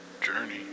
journey